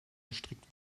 gestrickt